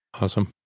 Awesome